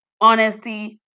honesty